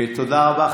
תודה רבה.